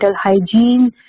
hygiene